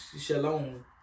Shalom